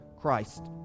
Christ